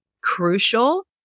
crucial